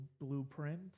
blueprint